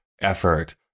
effort